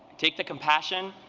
take the compassion,